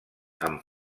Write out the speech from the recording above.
amb